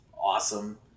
awesome